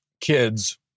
kids